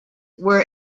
were